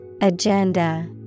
Agenda